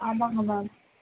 ஆமாம்ங்க மேம்